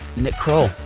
nick kroll